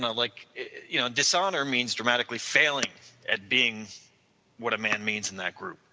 and like you know dishonor means dramatically failing at being what a man means in that group.